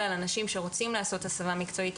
על אנשים שרוצים לעשות הסבה מקצועית,